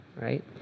Right